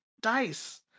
dice